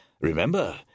Remember